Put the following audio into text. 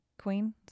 queen